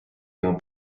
йому